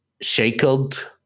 shackled